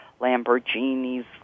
Lamborghinis